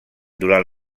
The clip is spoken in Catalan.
durant